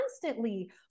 constantly